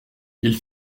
ils